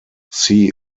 see